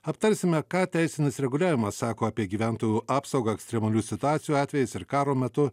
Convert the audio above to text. aptarsime ką teisinis reguliavimas sako apie gyventojų apsaugą ekstremalių situacijų atvejais ir karo metu